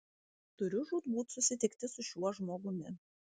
turiu žūtbūt susitikti su šiuo žmogumi